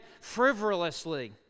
frivolously